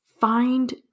find